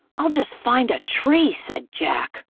i'll just find a tree, said jack.